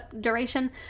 duration